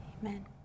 Amen